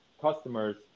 customers